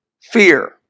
fear